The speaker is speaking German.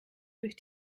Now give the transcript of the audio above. durch